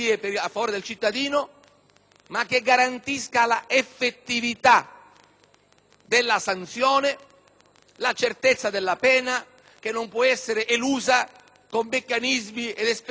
della sanzione, la certezza della pena, che non può essere elusa con meccanismi ed espedienti dilatori, seppure garantiti dalle norme processuali.